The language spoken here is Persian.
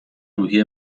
روحیه